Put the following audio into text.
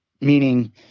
Meaning